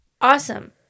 awesome